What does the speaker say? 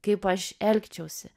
kaip aš elgčiausi